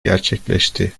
gerçekleşti